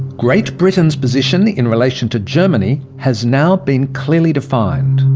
great britain's position in relation to germany has now been clearly defined.